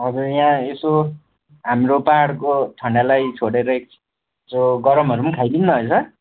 हजुर यहाँ यसो हाम्रो पाहाडको ठन्डालाई छोडेर यसो गरमहरू पनि खाइदिउँ न है सर